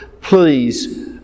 please